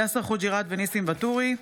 יאסר חוג'יראת וניסים ואטורי,